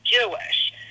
Jewish